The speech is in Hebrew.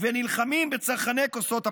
ונלחמים בצרכני כוסות הפלסטיק.